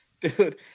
Dude